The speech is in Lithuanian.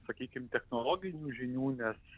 sakykim technologinių žinių nes